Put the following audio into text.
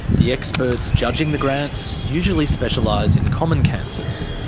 the experts judging the grants usually specialise in common cancers.